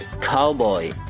cowboy